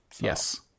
Yes